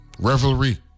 Revelry